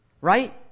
right